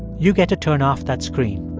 you get to turn off that screen